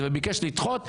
גם בוועדה לבחירת שופטים,